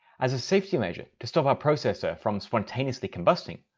as a safety measure to stop our processor from spontaneously combusting,